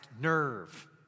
nerve